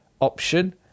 option